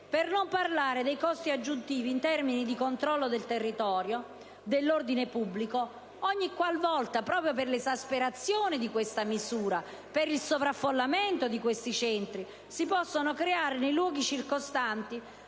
per non parlare dei costi aggiuntivi in termini di controllo del territorio e dell'ordine pubblico ogni qual volta, proprio per l'esasperazione di questa misura, per il sovraffollamento di tali Centri, si possono creare nei luoghi circostanti